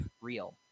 real